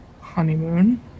Honeymoon